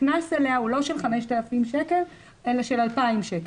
הקנס עליה הוא לא של 5,000 שקל אלא של 2,000 שקל.